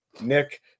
Nick